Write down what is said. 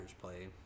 play